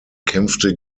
kämpfte